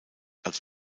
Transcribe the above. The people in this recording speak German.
als